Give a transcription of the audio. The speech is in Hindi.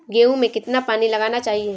गेहूँ में कितना पानी लगाना चाहिए?